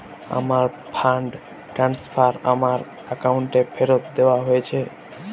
আমার fund transfer আমার অ্যাকাউন্টে ফেরত দেওয়া হয়েছে